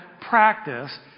practice